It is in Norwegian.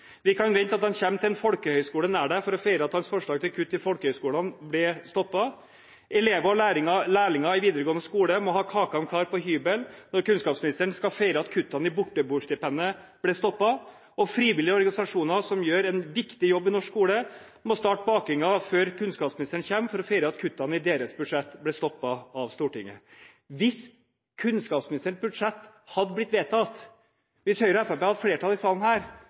Vi kan vente at han kommer til en folkehøyskole nær deg for å feire at hans forslag til kutt til folkehøyskolene ble stoppet. Elever og lærlinger i videregående skole må ha kaken klar på hybelen når kunnskapsministeren skal feire at kuttene i borteboerstipendet ble stoppet. Og frivillige organisasjoner, som gjør en viktig jobb i norsk skole, må starte med bakingen før kunnskapsministeren kommer for å feire at kuttene i deres budsjett ble stoppet av Stortinget. Hvis kunnskapsministerens budsjett hadde blitt vedtatt, hvis Høyre og Fremskrittspartiet hadde hatt flertall i denne salen,